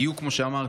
בדיוק כמו שאמרת,